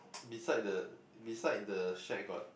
beside the beside the shack got